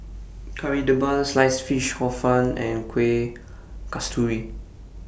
Kari Debal Sliced Fish Hor Fun and Kueh Kasturi